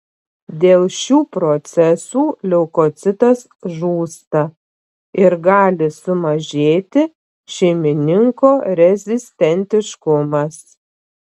dėl šių procesų leukocitas žūsta ir gali sumažėti šeimininko rezistentiškumas